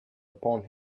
upon